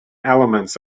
elements